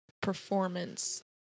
performance